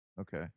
Okay